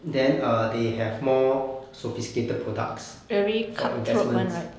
then err they have more sophisticated products